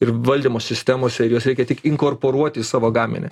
ir valdymo sistemose ir juos reikia tik inkorporuoti į savo gaminį